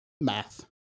math